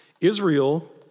Israel